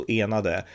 enade